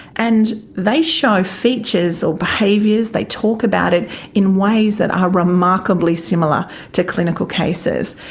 and they show features or behaviours, they talk about it in ways that are remarkably similar to clinical cases.